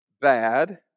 bad